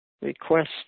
request